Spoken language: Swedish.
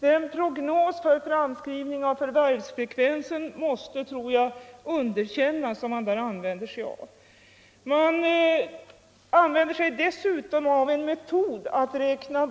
Den prognos för framskrivning av förvärvsfrekvensen som man använder sig av tror jag måste underkännas.